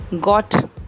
got